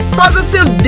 positive